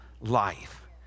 life